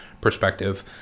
perspective